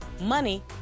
money